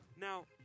now